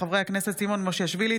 בהצעתם של חברי הכנסת סימון מושיאשוילי,